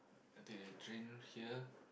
I take the train here